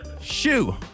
shoe